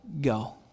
go